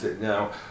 Now